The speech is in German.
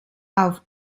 auf